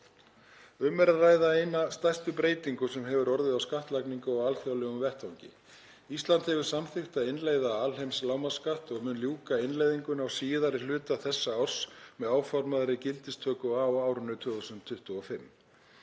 Um er að ræða eina stærstu breytingu sem hefur orðið á skattlagningu á alþjóðlegum vettvangi. Ísland hefur samþykkt að innleiða alheimslágmarksskatt og mun ljúka innleiðingunni á síðari hluta þessa árs með áformaðri gildistöku á árinu 2025.